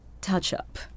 touch-up